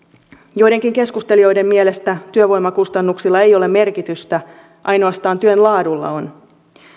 joidenkin keskustelijoiden mielestä työvoimakustannuksilla ei ole merkitystä ainoastaan työn laadulla on